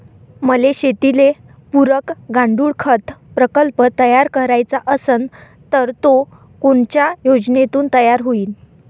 मले शेतीले पुरक गांडूळखत प्रकल्प तयार करायचा असन तर तो कोनच्या योजनेतून तयार होईन?